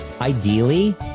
ideally